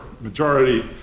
majority